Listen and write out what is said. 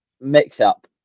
mix-up